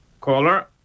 Caller